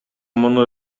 муну